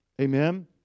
Amen